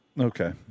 Okay